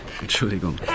Entschuldigung